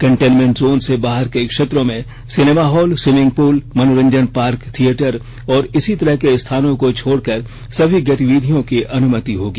containment zone से बाहर के क्षेत्रों में सिनेमा हॉल स्विमिंग पूल मनोरंजन पार्क थिएटर और इसी तरह के स्थानों को छोड़कर सभी गतिविधियों की अनुमति होगी